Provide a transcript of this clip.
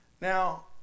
Now